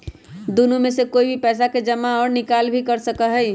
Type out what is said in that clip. दुन्नो में से कोई भी पैसा के जमा और निकाल भी कर सका हई